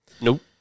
Nope